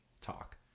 talk